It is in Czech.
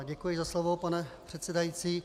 Děkuji za slovo, pane předsedající.